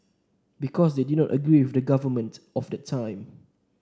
because they did not agree with the government of that time